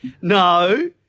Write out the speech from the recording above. No